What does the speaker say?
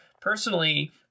Personally